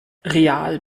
real